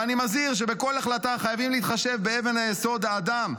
ואני מזהיר שבכל החלטה חייבים להתחשב באבן היסוד: האדם.